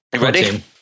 Ready